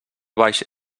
baix